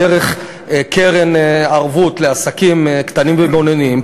דרך קרן ערבות לעסקים קטנים ובינוניים,